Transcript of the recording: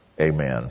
Amen